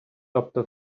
тобто